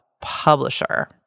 publisher